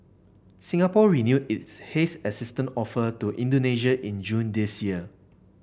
Singapore renewed its haze assistance offer to Indonesia in June this year